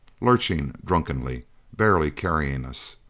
lurching drunkenly barely carrying us.